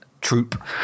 troop